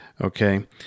Okay